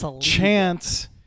chance